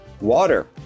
Water